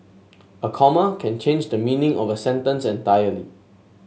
a comma can change the meaning of a sentence entirely